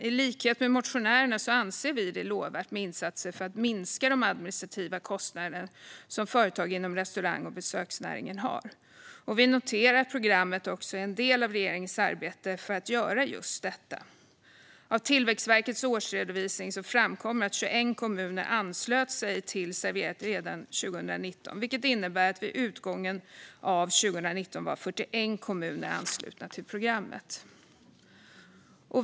I likhet med motionärerna anser vi att det är lovvärt med insatser för att minska de administrativa kostnader som företag inom restaurang och besöksnäringen har. Vi noterar att programmet är en del av regeringens arbete för att göra just detta. Av Tillväxtverkets årsredovisning framkommer att 21 kommuner anslöt sig till Serverat redan under 2019, vilket innebär att vid utgången av 2019 var 41 kommuner anslutna till programmet.